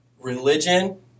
religion